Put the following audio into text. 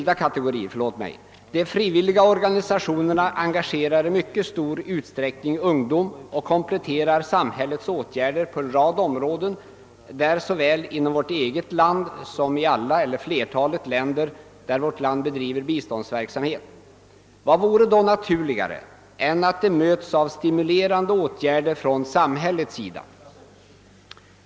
De frivilliga organisationerna engagerar i mycket stor utsträckning ungdom och kompletterar samhällets åtgärder på en rad områden såväl inom vårt eget land som 1 flertalet länder där vårt land bedriver biståndsverksamhet. Vad vore då naturligare än att de möts av stimulerande åtgärder från samhällets sida?